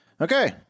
Okay